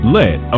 let